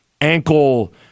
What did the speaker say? ankle